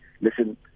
listen